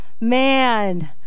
Man